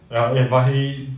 ya eh but he